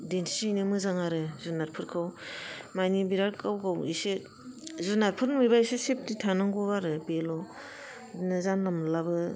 दिन्थिहैनो मोजां आरो जुनादफोरखौ माने बिराद गाव गाव इसे जुनादफोर नुयोबा एसे सेफति थानांगौ आरो बेल'नो जानला मोनलाबो